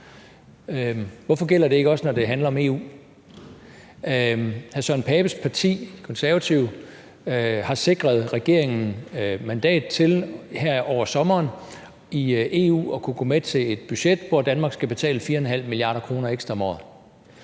Hvorfor gælder det ikke også, når det handler om EU? Hr. Søren Pape Poulsens parti, Konservative, har sikret regeringen mandat til her over sommeren at kunne gå med til et budget i EU, hvor Danmark skal betale 4,5 mia. kr. ekstra om året,